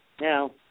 Now